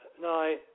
No